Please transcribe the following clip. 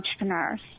entrepreneurs